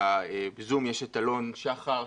ובזום יש את אלון שחר,